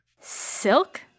Silk